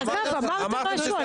ברגע שאתם מושכים, ברגע שאתם מפסיקים.